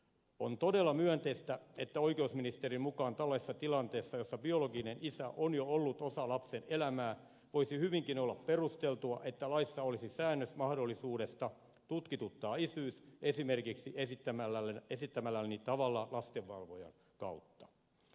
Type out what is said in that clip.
on todella myönteistä että oikeusministerin mukaan tällaisessa tilanteessa jossa biologinen isä on jo ollut osa lapsen elämää voisi hyvinkin olla perusteltua että laissa olisi säännös mahdollisuudesta tutkituttaa isyys esimerkiksi esittämälläni tavalla lastenvalvojan kautta